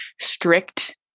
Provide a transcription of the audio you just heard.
strict